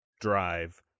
drive